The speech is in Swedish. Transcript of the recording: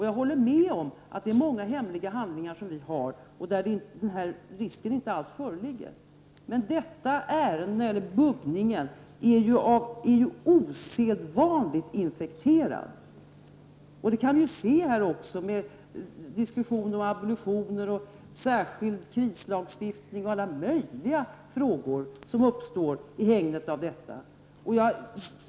Jag håller med om att vi har tillgång till många hemliga handlingar där den risken inte alls föreligger, men ärendet rörande buggningen är osedvanligt infekterat. Det kan vi se här också, med diskussioner om abolition, särskild krislagstiftning och alla möjliga frågor som uppstår i hägnet av detta.